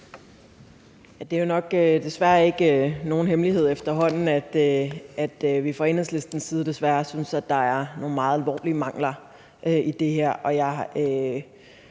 efterhånden nok ikke nogen hemmelighed, at vi fra Enhedslistens side synes, at der er nogle meget alvorlige mangler i det her.